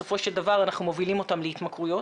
בסופו של דבר אנחנו מובילים אותם להתמכרויות.